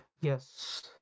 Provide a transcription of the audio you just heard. Yes